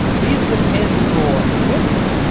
these are the pens for women,